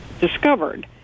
discovered